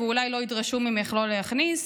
ואולי לא ידרשו ממך לא להכניס,